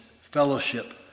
fellowship